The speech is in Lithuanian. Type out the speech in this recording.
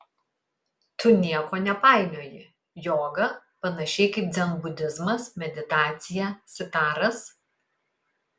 tu nieko nepainioji joga panašiai kaip dzenbudizmas meditacija sitaras